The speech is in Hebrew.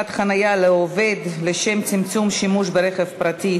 חניה לעובד לשם צמצום שימוש ברכב פרטי,